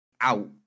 out